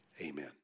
amen